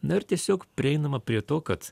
na ir tiesiog prieinama prie to kad